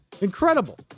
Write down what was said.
Incredible